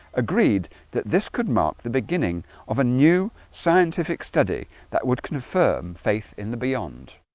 agreed that this could mark the beginning of a new scientific study that would confirm faith in the beyond